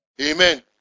Amen